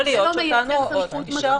יכול להיות שכאן ההוראות יישארו.